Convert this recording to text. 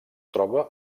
troba